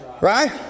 Right